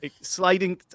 sliding